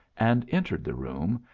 and entered the room,